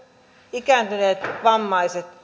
ikääntyneet vammaiset